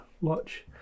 watch